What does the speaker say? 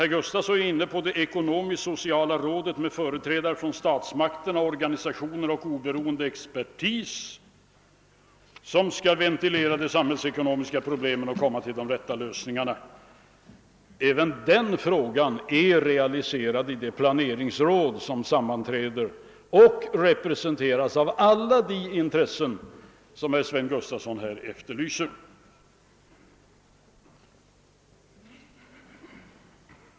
Herr Gustafson talade också om det ekonomisk-sociala råd med företrädare för statsmakterna, ekonomiska organisationer och oberoende expertis som skall ventilera de samhällsekonomiska problemen och ställa upp de rätta lösningarna. — Även det förslaget är realiserat genom det planeringsråd där alla de intressen är representerade som herr Sven Gustafson här nämnde.